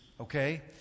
okay